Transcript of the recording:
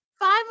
Five